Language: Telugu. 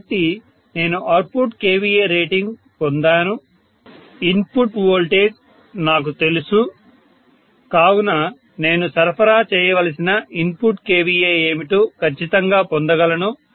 కాబట్టి నేను అవుట్పుట్ kVA రేటింగ్ పొందాను ఇన్పుట్ వోల్టేజ్ నాకు తెలుసు కావున నేను సరఫరా చేయవలసిన ఇన్పుట్ kVA ఏమిటో ఖచ్చితంగా పొందగలను